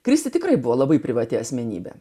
kristi tikrai buvo labai privati asmenybė